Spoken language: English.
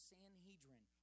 Sanhedrin